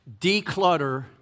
declutter